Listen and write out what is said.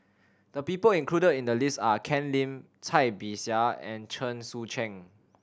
the people included in the list are Ken Lim Cai Bixia and Chen Sucheng